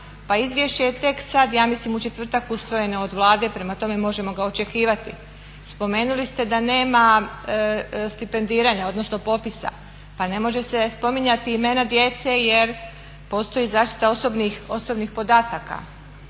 izvješće je tek sad ja mislim u četvrtak usvojeno od Vlade prema tome možemo ga očekivati. Spomenuli ste da nema stipendiranja odnosno popisa. Pa ne može se spominjati imena djece jer postoji zaštita osobnih podataka.